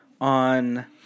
on